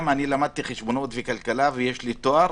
שלמדתי גם חשבונאות וכלכלה ויש לי תואר,